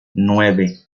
nueve